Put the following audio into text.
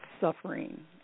suffering